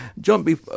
John